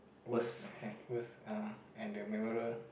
worst and worst uh and the mirror